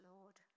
Lord